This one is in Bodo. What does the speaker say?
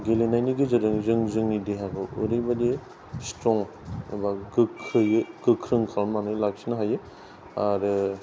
गेलेनायनि गेजेरजों जों जोंनि देहाखौ ओरैबादि स्ट्रं एबा गोख्रैयै गोख्रों खालामनानै लाखिनो हायो आरो